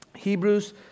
Hebrews